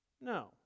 No